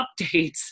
updates